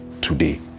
today